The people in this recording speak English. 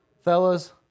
Fellas